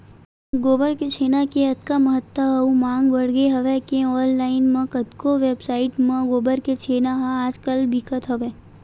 गोबर के छेना के अतका महत्ता अउ मांग बड़गे हवय के ऑनलाइन म कतको वेबसाइड म गोबर के छेना ह आज कल बिकत हवय